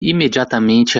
imediatamente